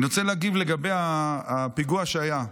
אני רוצה להגיד לגבי הפיגוע שהיה,